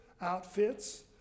outfits